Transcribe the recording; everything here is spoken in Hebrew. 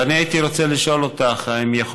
ואני הייתי רוצה לשאול אותך: האם יכול